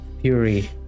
Fury